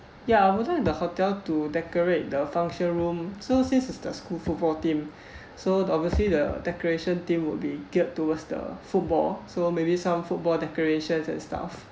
ya I would like the hotel to decorate the function room so since it's the school football team so obviously the decoration theme would be geared towards the football so maybe some football decorations and stuff